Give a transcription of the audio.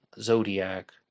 Zodiac